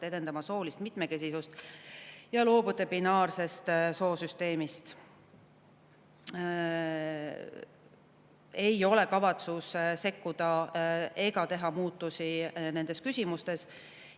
edendama soolist mitmekesisust ja loobute binaarsest soosüsteemist? Ei ole kavatsust sekkuda nendesse küsimustesse